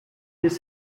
his